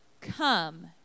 Come